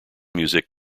music